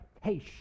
hey